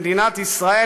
במדינת ישראל,